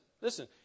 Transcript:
listen